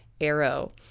arrow